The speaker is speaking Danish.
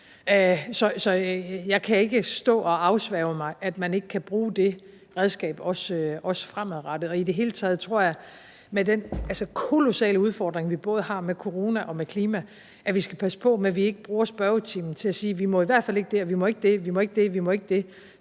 Så jeg kan ikke stå og afsværge mig, at man ikke kan bruge det redskab også fremadrettet. I det hele taget tror jeg, at vi med den kolossale udfordring, vi både har med corona og med klima, skal passe på med ikke at bruge spørgetimen til at sige, at vi i hvert fald ikke må det, det og det, for hvad er